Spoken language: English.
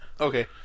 Okay